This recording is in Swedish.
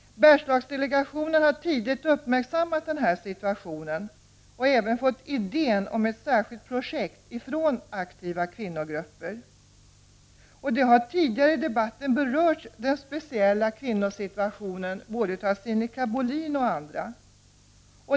Bergslagsdelegationen har tidigt uppmärksammat den här situationen och även fått idén om ett särskit projekt från aktiva kvinnogrupper. Tidigare i debatten har den speciella kvinnosituationen berörts av Sinikka Bohlin och andra.